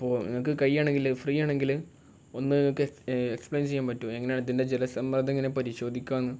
അപ്പോൾ നിങ്ങൾക്ക് കഴിയുകയാണെങ്കിൽ ഫ്രീ ആണെങ്കിൽ ഒന്ന് നിങ്ങൾക്ക് എ എക്സ്പ്ലയിൻ ചെയ്യാൻ പറ്റുമോ എങ്ങനാണ് ഇതിൻ്റെ ജലസബർദ്ദം എങ്ങനെ പരിശോധിക്കാമെന്ന്